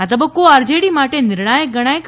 આ તબક્કો આરજેડી માટે નિર્ણાયક ગણાય છે